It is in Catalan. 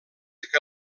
que